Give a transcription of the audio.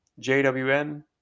jwn